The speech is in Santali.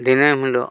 ᱫᱤᱱᱟᱹᱢ ᱦᱤᱞᱳᱜ